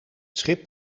schip